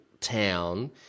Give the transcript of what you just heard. town